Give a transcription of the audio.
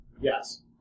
Yes